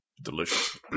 delicious